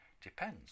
depends